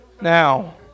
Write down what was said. Now